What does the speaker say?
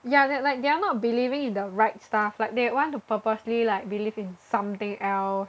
ya then like they are not believing in the right stuff like they want to purposely like believe in something else